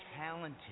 talented